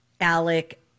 Alec